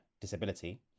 disability